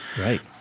Right